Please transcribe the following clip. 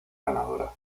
ganadora